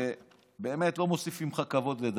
שבאמת לא מוסיפות לך כבוד, לדעתי.